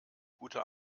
gute